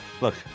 look